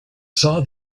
saw